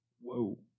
Whoa